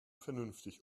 vernünftig